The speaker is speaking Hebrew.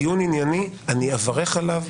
דיון ענייני אני אברך עליו,